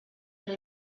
era